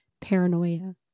Paranoia